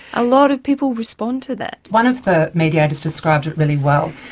a lot of people respond to that. one of the mediators described it really well.